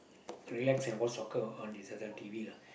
relax and watch soccer on this certain T_V lah